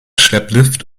schlepplift